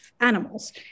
animals